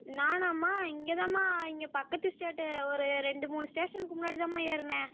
நானாம்மா இங்கே தான்மா இங்கே பக்கத்து ஸ்டேட்டு ஒரு ரெண்டு மூணு ஸ்டேஷனுக்கு முன்னாடி தான்மா ஏறினேன்